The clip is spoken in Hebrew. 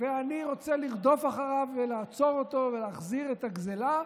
ואני רוצה לרדוף אחריו ולעצור אותו ולהחזיר את הגזלה,